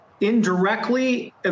indirectly